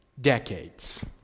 decades